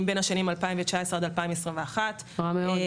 בין השנים 2021-2019 -- רע מאוד.